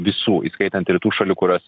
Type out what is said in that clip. visų įskaitant ir tų šalių kurios